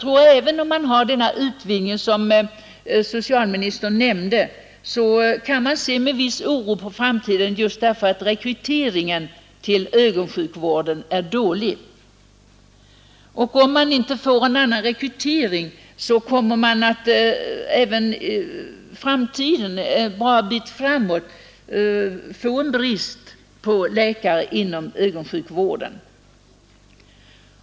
Trots den utvidgning av ögonsjukvården, som socialministern nämnde, kan man med viss oro se på framtiden därför att rekryteringen till ögonsjukvården är dålig. Om inte rekryteringen ökar kommer man under en ganska lång tid framöver få en brist på läkare inom ögonsjukvården.